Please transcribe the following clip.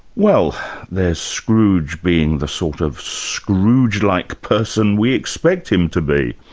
well, there's scrooge being the sort of scroogelike person we expect him to be.